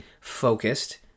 focused